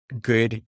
good